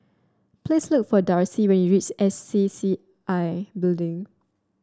please look for Darcy when you reach S C C I Building